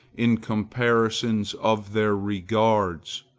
in comparisons of their regards.